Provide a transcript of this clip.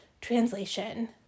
Translation